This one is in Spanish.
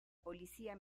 policía